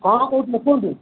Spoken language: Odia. କ'ଣ କହୁଥିଲେ କୁହନ୍ତୁ